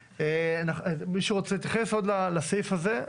עוד מישהו רוצה להתייחס לסעיף הזה?